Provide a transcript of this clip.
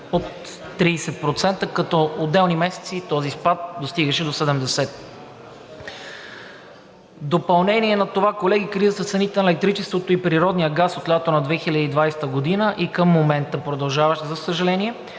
от 30%, като за отделни месеци този спад достигаше до 70. В допълнение на това, колеги, кризата с цените на електричеството и природния газ от лятото на 2020 г. и към момента продължава, и за съжаление,